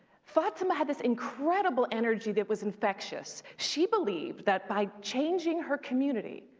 fatima had this incredible energy that was infectious. she believed that by changing her community,